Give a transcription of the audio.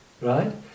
right